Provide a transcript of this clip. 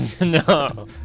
No